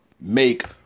make